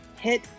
hit